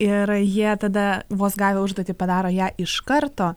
ir jie tada vos gavę užduotį padaro ją iš karto